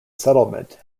settlement